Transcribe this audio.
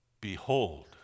behold